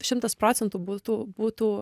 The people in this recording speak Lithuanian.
šimtas procentų būtų būtų